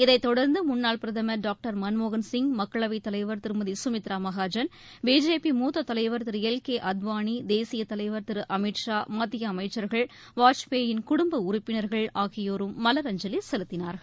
இதைத் தொடர்ந்து முன்னாள் பிரதமர் டாக்டர் மன்மோகன் சிங் மக்களவைத் தலைவர் திருமதி சுமித்ரா மஹாஜன் பிஜேபி மூத்தத் தலைவர் திரு எல் கே அத்வாளி தேசியத் தலைவர் திரு அமித் ஷா மத்திய அமைச்சர்கள் வாஜ்பேயி யின் குடும்ப உறுப்பினர்கள் ஆகியோரும் மலரஞ்சலி செலுத்தினார்கள்